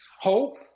Hope